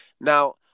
Now